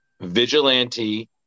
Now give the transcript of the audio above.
vigilante